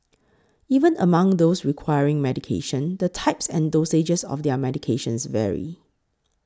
even among those requiring medication the types and dosages of their medications vary